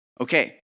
Okay